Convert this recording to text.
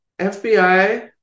FBI